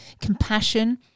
compassion